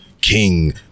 king